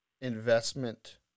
investment